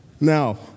Now